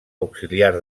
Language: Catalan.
auxiliar